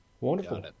Wonderful